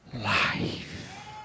life